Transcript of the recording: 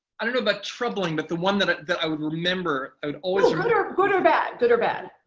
i don't know about troubling, but the one that that i would remember, i would always remember. good or bad. good or bad.